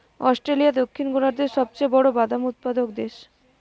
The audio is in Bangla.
অস্ট্রেলিয়া দক্ষিণ গোলার্ধের সবচেয়ে বড় বাদাম উৎপাদক দেশ